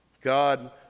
God